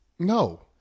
No